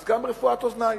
אז גם רפואת אוזניים,